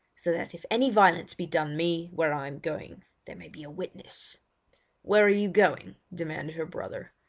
so that if any violence be done me where i am going there may be a witness where are you going demanded her brother.